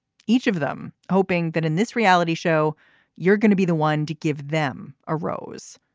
each of them hoping that in this reality show you're going to be the one to give them a rose.